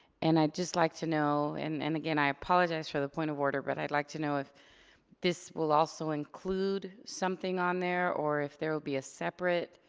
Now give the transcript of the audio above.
and i'd just like to know, and and again i apologize for the point of order, but i'd like to know if this will also include something on there. or if there will be a separate